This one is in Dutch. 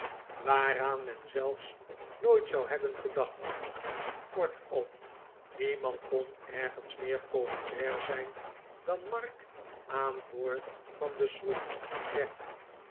waaraan men zelfs nooit zou hebben geda ht kortom niemand kon ergens meer populair zijn dan mark aan boord van de schroef werd